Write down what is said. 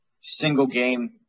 single-game